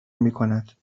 میکند